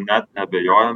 net neabejojam